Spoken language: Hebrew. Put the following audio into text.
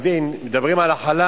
אני מבין, מדברים על החלב,